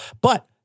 But-